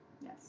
Yes